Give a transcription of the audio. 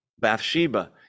Bathsheba